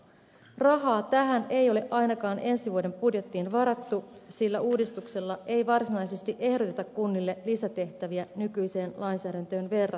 rahaa tähän ei ole ainakaan ensi vuoden budjettiin varattu sillä uudistuksella ei varsinaisesti ehdoteta kunnille lisätehtäviä nykyiseen lainsäädäntöön verrattuna